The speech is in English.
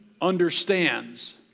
understands